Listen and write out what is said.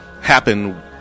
happen